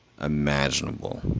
imaginable